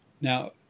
Now